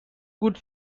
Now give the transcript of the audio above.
good